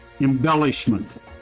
embellishment